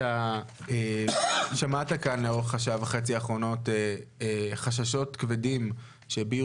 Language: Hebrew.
אתה שמעת כאן לאורך השעה וחצי האחרונות חששות כבדים שהביעו